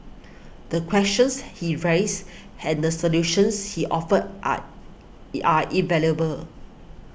the questions he raised and the solutions he offered are E are invaluable